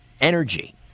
energy